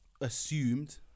assumed